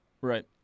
Right